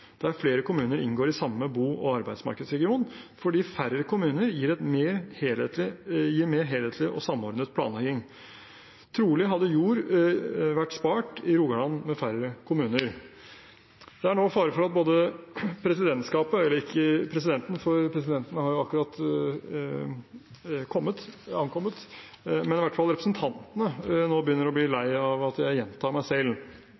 same bu- og arbeidsmarknadsregion. Særleg fordi færre kommunar gir ei meir heilskapleg og samordna planlegging. Truleg hadde jord vore spart i Rogaland med færre kommunar.» Det er nå fare for at presidentskapet – ikke presidenten, for presidenten er nettopp ankommet – og i hvert fall representantene begynner å bli lei av at jeg gjentar meg